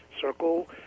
circle